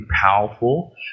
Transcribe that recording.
powerful